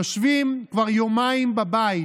יושבים כבר יומיים בבית